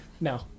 No